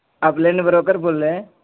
آپ land broker بول رہے ہیں